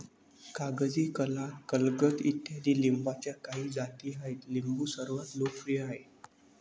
कागजी, काला, गलगल इत्यादी लिंबाच्या काही जाती आहेत लिंबू सर्वात लोकप्रिय आहे